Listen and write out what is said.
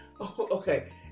okay